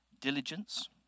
diligence